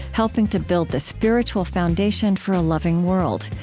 helping to build the spiritual foundation for a loving world.